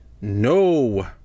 no